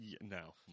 No